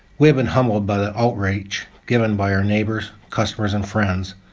we've been humbled by the outreach given by our neighbors, customers and friends,